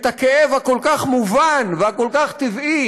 את הכאב הכל-כך מובן והכל-כך טבעי,